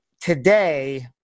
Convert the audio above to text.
today